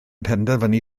penderfynu